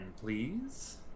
please